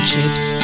Chips